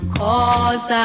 cause